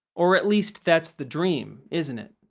or at least, that's the dream, isn't it?